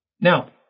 Now